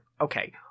okay